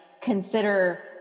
consider